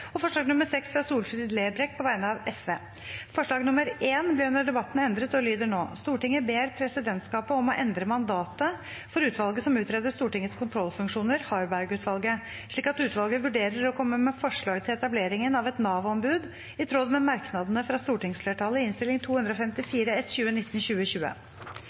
og forslag nr. 1, fra Høyre, Fremskrittspartiet og Kristelig Folkeparti. Forslaget lyder: «Stortinget ber presidentskapet om å endre mandatet for utvalget som utreder Stortingets kontrollfunksjoner slik at utvalget vurderer og kommer med forslag til etableringen av et NAV-ombud i tråd med merknadene fra stortingsflertallet i Innst. 254 S Det voteres over I § 4 første ledd. Arbeiderpartiet, Senterpartiet, Sosialistisk Venstreparti, Miljøpartiet De Grønne og